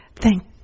Thank